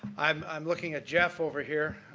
i'm i'm looking at jeff over here,